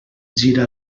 gira